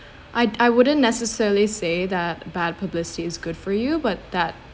I'd I wouldn't necessarily say that bad publicity is good for you but that